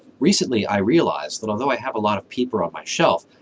recently i realized that although i have a lot of pieper on my shelf,